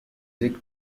dick